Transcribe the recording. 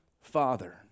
Father